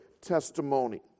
testimony